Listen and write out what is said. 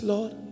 Lord